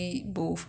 没有问题